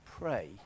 pray